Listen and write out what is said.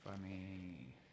funny